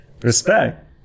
Respect